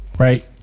Right